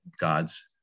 God's